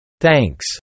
Thanks